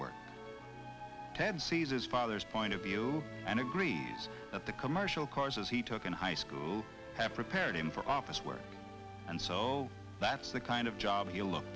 work ted sees his father's point of view and agrees that the commercial course as he took in high school have prepared him for office work and so that's the kind of job he'll look